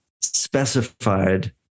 specified